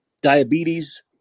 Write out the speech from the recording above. Diabetes